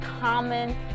common